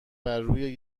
برروی